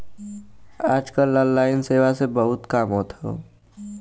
आज कल ऑनलाइन सेवा से बहुत काम होत हौ